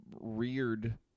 reared